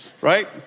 Right